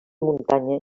muntanya